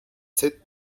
sept